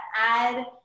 add